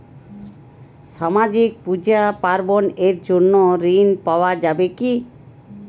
সামাজিক পূজা পার্বণ এর জন্য ঋণ পাওয়া যাবে কি?